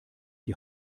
die